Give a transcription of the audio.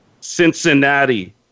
Cincinnati